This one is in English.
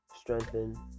strengthen